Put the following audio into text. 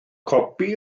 copi